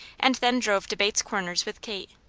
and then drove to bates corners with kate.